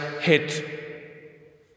hit